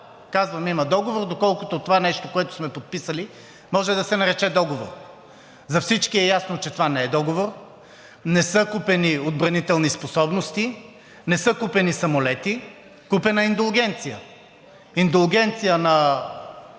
Казвам: има договор, доколкото това нещо, което сме подписали, може да се нарече договор. За всички е ясно, че това не е договор. Не са купени отбранителни способности, не са купени самолети, купена е индулгенция. Индулгенция на